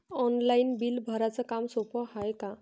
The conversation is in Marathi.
ऑनलाईन बिल भराच काम सोपं हाय का?